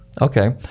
Okay